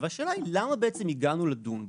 והשאלה היא למה בעצם הגענו לדון בו.